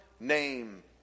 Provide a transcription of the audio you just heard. Name